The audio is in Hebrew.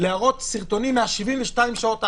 להראות סרטונים מ-72 השעות האחרונות.